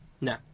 No